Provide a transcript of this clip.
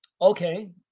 Okay